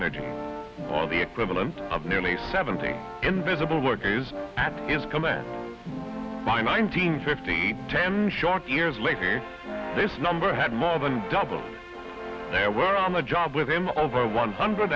energy on the equivalent of nearly seventy invisible workers at his command by nineteen fifty ten short years later this number had more than doubled there were on the job with him over one hundred